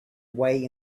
way